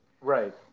Right